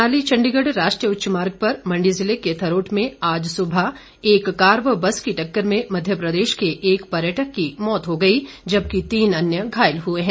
मनाली चण्डीगढ़ राष्ट्रीय उच्च मार्ग पर मण्डी जिले के थरोट में आज सुबह एक कार व बस की टक्कर में मध्य प्रदेश के एक पर्यटक की मौत हो गई जबकि तीन अन्य घायल हुए हैं